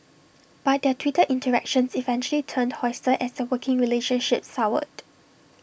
but their Twitter interactions eventually turned hostile as their working relationship soured